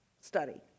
study